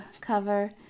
cover